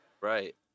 Right